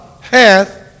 hath